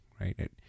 right